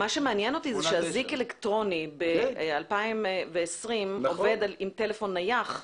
מה שמעניין אותי זה שאזיק אלקטרוני ב-2020 עובד עם טלפון נייח.